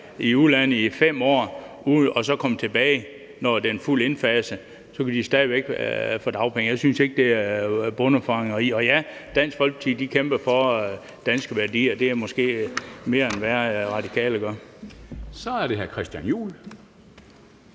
i udlandet i 5 år og så komme tilbage, når det er fuldt indfaset, og så kan man stadig væk få dagpenge. Jeg synes ikke, det er bondefangeri. Og ja, Dansk Folkeparti kæmper for danske værdier – det er måske mere, end hvad De Radikale gør. Kl. 10:12 Formanden